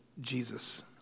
Jesus